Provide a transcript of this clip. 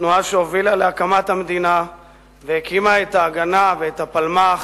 התנועה שהובילה להקמת המדינה והקימה את "ההגנה" ואת הפלמ"ח,